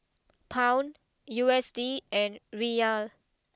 Pound U S D and Riyal